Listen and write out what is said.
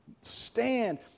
stand